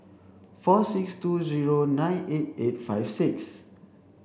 four six two zero nine eight eight five six